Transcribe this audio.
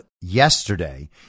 yesterday